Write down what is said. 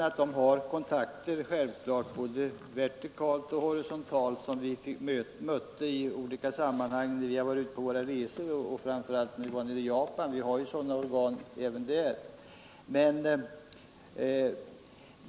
Men det skall självfallet ha kontakter både vertikalt och horisontalt, på det sätt vi mött i olika sammanhang när vi har varit ute på våra resor och framför allt när vi var i Japan. Man har ju liknande organ där.